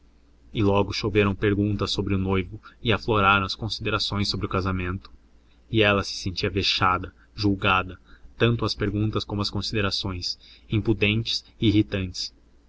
e logo choveram perguntas sobre o noivo e afloraram as considerações sobre o casamento e ela se sentia vexada julgava tanto as perguntas como as considerações impudentes e irritantes